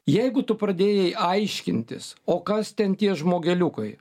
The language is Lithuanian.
jeigu tu pradėjai aiškintis o kas ten tie žmogeliukai